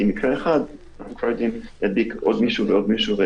כי מקרה אחד ידביק עוד מישהו ועוד מישהו,